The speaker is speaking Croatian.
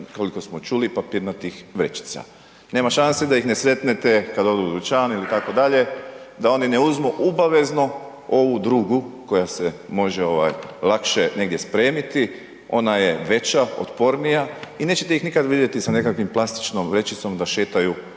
koliko smo čuli, papirnatih vrećica. Nema šanse da ih ne sretnete kad odu u dućan ili tako dalje da oni ne uzmu obavezno ovu drugu koja se može ovaj lakše negdje spremiti, ona je veća, otpornija i nećete ih nikad vidjeti sa nekakvom plastičnom vrećicom da šetaju